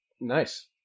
Nice